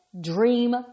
dream